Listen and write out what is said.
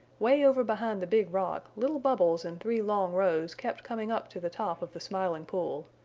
way over beyond the big rock little bubbles in three long rows kept coming up to the top of the smiling pool.